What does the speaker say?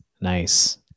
Nice